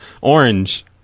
Orange